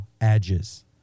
edges